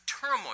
turmoil